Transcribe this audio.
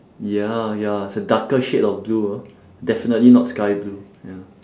ya ya it's a darker shade of blue ah definitely not sky blue ya